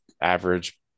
average